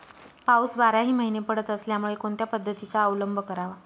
पाऊस बाराही महिने पडत असल्यामुळे कोणत्या पद्धतीचा अवलंब करावा?